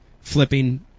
flipping